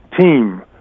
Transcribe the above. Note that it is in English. team